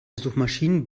suchmaschinen